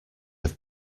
have